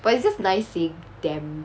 but it's just nice seeing them